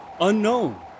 unknown